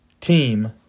team